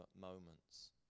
moments